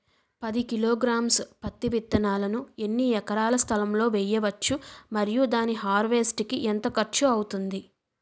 పది కిలోగ్రామ్స్ పత్తి విత్తనాలను ఎన్ని ఎకరాల స్థలం లొ వేయవచ్చు? మరియు దాని హార్వెస్ట్ కి ఎంత ఖర్చు అవుతుంది?